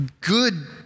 good